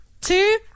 two